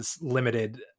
limited